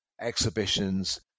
exhibitions